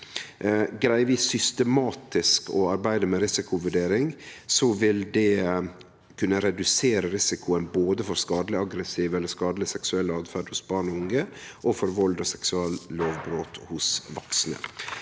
Greier vi systematisk å arbeide med risikovurdering, vil det kunne redusere risikoen både for skadeleg aggressiv eller skadeleg seksuell atferd hos barn og unge og for vald og seksuallovbrot hos vaksne.